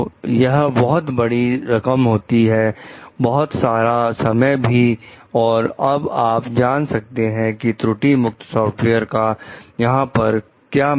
तो यह बहुत बड़ी रकम होती बहुत सारा समय भी और अब आप जान सकते हैं कि त्रुटि मुक्त सॉफ्टवेयर का यहां पर महत्व क्या है